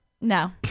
No